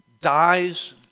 dies